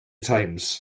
times